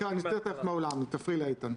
אני אוציא אותך מהאולם אם תפריעי לאיתן.